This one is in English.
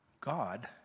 God